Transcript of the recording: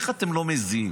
איך אתם לא מזיעים?